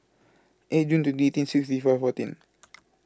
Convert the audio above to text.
eight June twenty eighteen sixty four fourteen